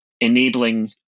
enabling